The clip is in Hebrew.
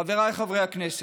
חבריי חברי הכנסת,